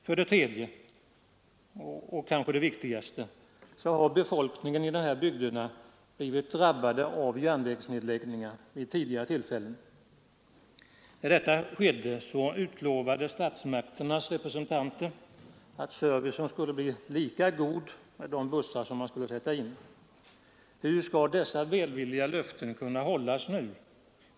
För det tredje — och det är kanske det viktigaste — har befolkningen i de här bygderna blivit drabbad av järnvägsnedläggningar vid tidigare tillfällen. När detta skedde, utlovade statsmakternas representanter att servicen skulle bli lika god med de bussar som man skulle sätta in. Hur skall dessa välvilliga löften kunna hållas nu?